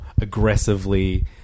aggressively